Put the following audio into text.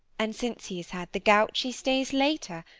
and since he has had the gout, she stays later,